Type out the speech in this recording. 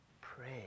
Pray